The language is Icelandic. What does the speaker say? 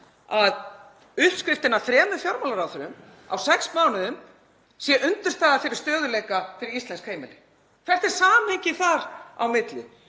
að uppskriftin að þremur fjármálaráðherrum á sex mánuðum sé undirstaða fyrir stöðugleika fyrir íslensk heimili? Hvert er samhengið þar á milli?